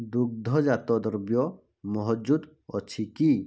ଦୁଗ୍ଧଜାତ ଦ୍ରବ୍ୟ ମହଜୁଦ ଅଛି କି